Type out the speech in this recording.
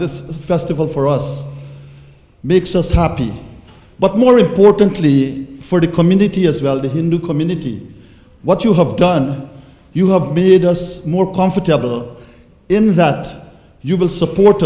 this festival for us makes us happy but more importantly for the community as well the hindu community what you have done you love me and us more comfortable in that you will support